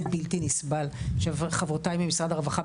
זה בלתי נסבל שחברותיי ממשרד הרווחה,